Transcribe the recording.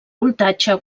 voltatge